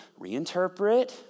reinterpret